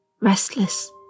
restless